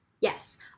Yes